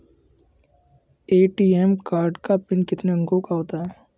ATM card का PIN कितने अंकों का होता है?